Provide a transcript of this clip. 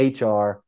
HR